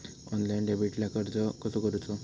Online डेबिटला अर्ज कसो करूचो?